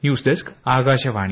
news desk Akashvani